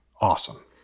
awesome